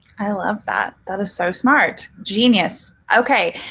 i love that. that is so smart. genius. ok.